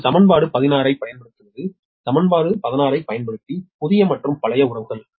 இப்போது சமன்பாடு 16 ஐப் பயன்படுத்துவது சமன்பாடு 16 ஐப் பயன்படுத்தி புதிய மற்றும் பழைய உறவுகள்